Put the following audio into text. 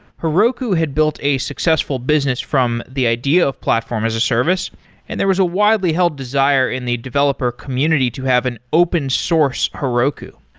heroku had built a successful business from the idea of platform as a service and there was a wildly held desire in the developer community to have an open source heroku.